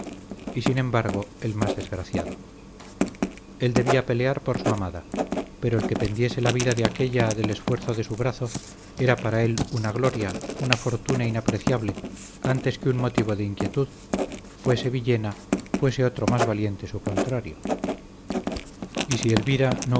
y sin embargo el más desgraciado él debía pelear por su amada pero el que pendiese la vida de aquélla del esfuerzo de su brazo era para él una gloria una fortuna inapreciable antes que un motivo de inquietud fuese villena fuese otro más valiente su contrario y si elvira